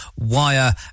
Wire